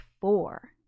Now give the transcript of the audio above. four